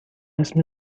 اسم